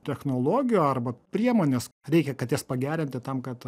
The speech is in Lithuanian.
technologijų arba priemonės reikia kad jas pagerinti tam kad